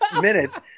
minutes